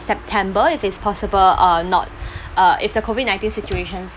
september if it's possible or not uh if the COVID nineteen situation